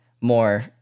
more